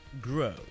grow